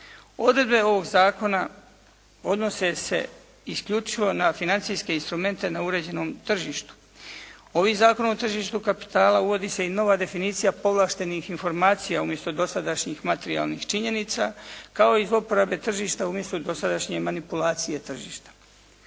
Odredbe ovog zakona odnose se isključivo na financijske instrumente na uređenom tržištu. Ovim Zakonom o tržištu kapitala uvodi se i nova definicija povlaštenih informacija umjesto dosadašnjih materijalnih činjenica kao i zlouporabe tržišta umjesto dosadašnje manipulacije tržišta.